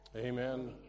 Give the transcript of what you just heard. Amen